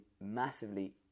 massively